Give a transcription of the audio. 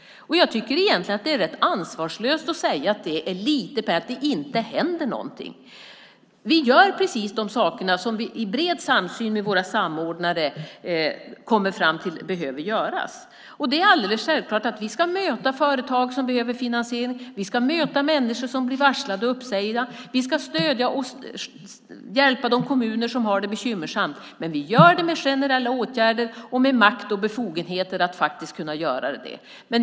Det är egentligen rätt ansvarslöst att säga att det är lite pengar och att det inte händer någonting. Vi gör precis de saker som vi i bred samsyn med våra samordnare kommer fram till behöver göras. Det är alldeles självklart att vi ska möta företag som behöver finansiering, vi ska möta människor som blir varslade och uppsagda och vi ska stödja och hjälpa kommuner som har det bekymmersamt. Men vi gör det med hjälp av generella åtgärder och med makt och befogenheter att faktiskt göra det.